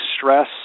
stress